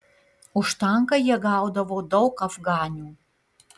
už tanką jie gaudavo daug afganių